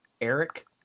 Eric